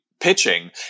Pitching